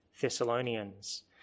Thessalonians